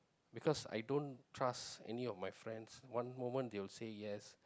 because I don't trust any of my friends cause one moment they'll say yes